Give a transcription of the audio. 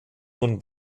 nun